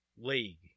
league